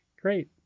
Great